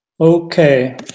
Okay